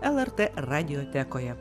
lrt radiotekoje